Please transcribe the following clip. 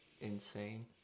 insane